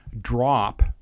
drop